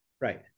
right